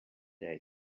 day